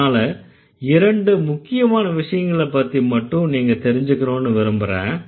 அதனால இரண்டு முக்கியமான விஷயங்களப்பத்தி மட்டும் நீங்க தெரிஞ்சுக்கனுன்னு விரும்பறேன்